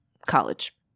college